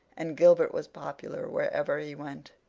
and gilbert was popular wherever he went.